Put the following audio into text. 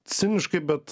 ciniškai bet